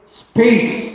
space